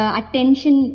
attention